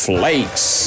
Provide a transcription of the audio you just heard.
Flakes